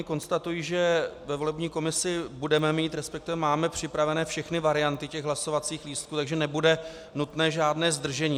Konstatuji, že ve volební komisi budeme mít, respektive máme připravené všechny varianty těch hlasovacích lístků, takže nebude nutné žádné zdržení.